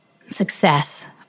success